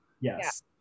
Yes